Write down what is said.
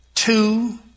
Two